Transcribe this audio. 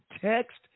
text